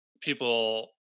people